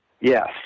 Yes